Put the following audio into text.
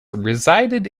resided